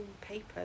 paper